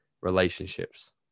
relationships